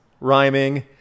rhyming